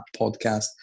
Podcast